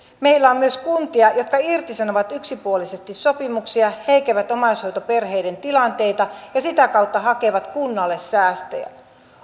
meillä on myös kuntia jotka irtisanovat yksipuolisesti sopimuksia heikentävät omaishoitoperheiden tilanteita ja sitä kautta hakevat kunnalle säästöjä